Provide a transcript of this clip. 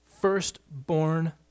firstborn